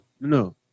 No